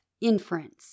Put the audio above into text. inference